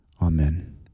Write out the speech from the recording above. amen